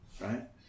Right